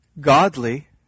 godly